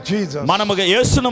Jesus